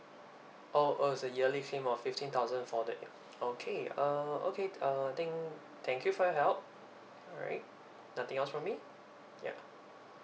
oh uh so yearly fee of fifteen thousand for that okay uh okay uh I think thank you for your help alright nothing else from me ya